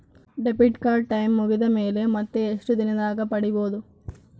Debit card time ಮುಗಿದ ಮೇಲೆ ಮತ್ತೆ ಎಷ್ಟು ದಿನದಾಗ ಪಡೇಬೋದು?